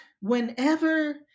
whenever